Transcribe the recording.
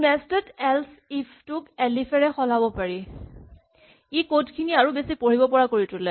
nested else if টোক elif এৰে সলাব পাৰি ই কড খিনি আৰু বেছি পঢ়িব পৰা কৰি তোলে